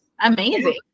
amazing